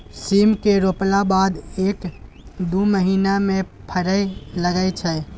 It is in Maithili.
सीम केँ रोपला बाद एक दु महीना मे फरय लगय छै